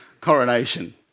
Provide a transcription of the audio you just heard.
coronation